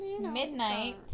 Midnight